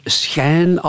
schijn